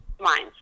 minds